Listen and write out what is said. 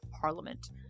parliament